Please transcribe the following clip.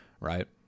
right